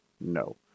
no